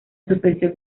suspensión